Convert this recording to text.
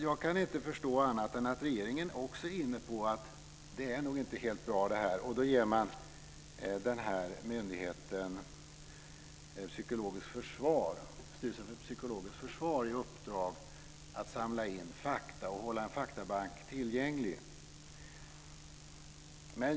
Jag kan inte förstå annat än att regeringen också är inne på att detta nog inte är helt bra. Därför ger den myndigheten Styrelsen för psykologiskt försvar i uppdrag att samla in fakta och att hålla en faktabank tillgänglig.